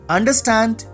Understand